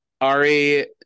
Ari